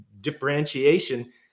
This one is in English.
differentiation